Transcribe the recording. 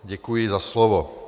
Děkuji za slovo.